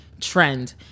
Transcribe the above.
trend